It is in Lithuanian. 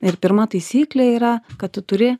ir pirma taisyklė yra kad tu turi